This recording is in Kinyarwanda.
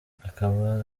akaba